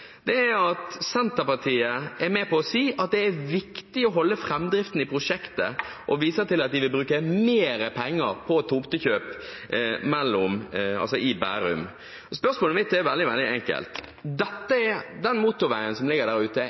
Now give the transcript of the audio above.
mest, er at Senterpartiet er med på å si at det er viktig å holde framdriften i prosjektet og viser til at de vil bruke mer penger på tomtekjøp i Bærum. Spørsmålet mitt er veldig enkelt. Den motorveien som ligger der ute,